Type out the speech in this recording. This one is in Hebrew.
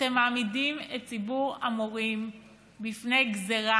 אתם מעמידים את ציבור המורים בפני גזרה